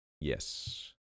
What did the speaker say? Yes